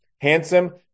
handsome